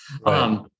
Right